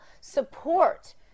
support